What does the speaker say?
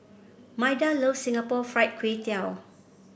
Maida loves Singapore Fried Kway Tiao